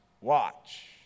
watch